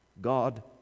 God